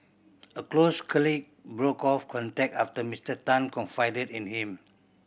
a close colleague broke off contact after Mister Tan confided in him